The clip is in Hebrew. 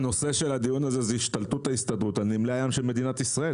הנושא של הדיון הזה הוא השתלטות ההסתדרות על נמלי הים של מדינת ישראל.